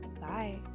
Bye